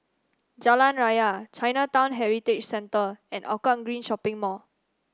Jalan Raya Chinatown Heritage Centre and Hougang Green Shopping Mall